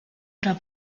oder